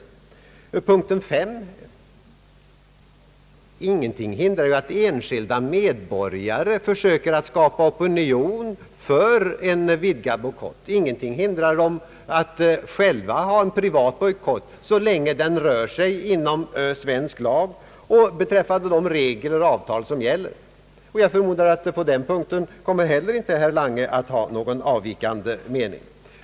Den femte punkten är att ingenting hindrar att enskilda medborgare försöker skapa en opinion för en vidgad bojkott. Ingenting hindrar någon att själv utöva en privat bojkott, så länge den inte strider mot gällande lag eller gällande avtal. Jag förmodar att herr Lange inte heller på den punkten har någon avvikande mening.